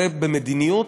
זה במדיניות,